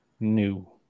new